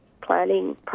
planning